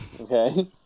okay